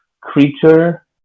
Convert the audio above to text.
creature